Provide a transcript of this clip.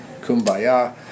kumbaya